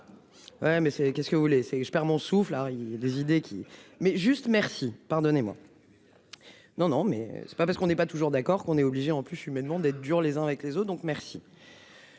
mais c'est, qu'est-ce que vous voulez, c'est je perds mon souffle à les idées qui met juste merci pardonnez-moi. Non non mais c'est pas parce qu'on n'est pas toujours d'accord qu'on est obligé en plus humainement d'être dur les uns avec les autres donc, merci.